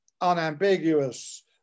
unambiguous